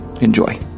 Enjoy